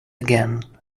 again